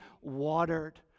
watered